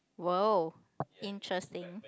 !wow! interesting